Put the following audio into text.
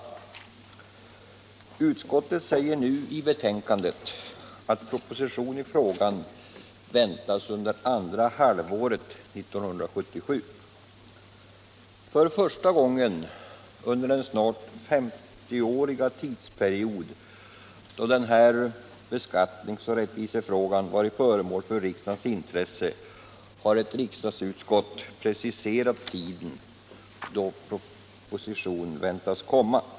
Utskottet säger nu i betänkandet att proposition i frågan väntas under andra halvåret 1977. För första gången under den snart 50-åriga tidsperiod som denna beskattningsoch rättvisefråga varit föremål för riksdagens intresse har ett riksdagsutskott preciserat tiden då proposition väntas komma.